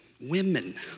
Women